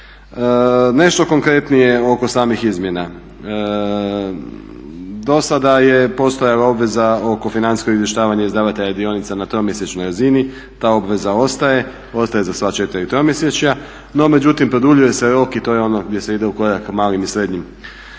Nešto konkretnije oko samih izmjena. Do sada je postojala obveza oko financijskog izvještavanja izdavatelja dionica na tromjesečnoj razini, ta obveza ostaje, ostaje za sva 4 tromjesečja, no međutim produljuje se rok i to je ono gdje se ide u korak ka malim i srednjim